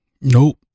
Nope